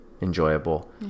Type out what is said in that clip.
enjoyable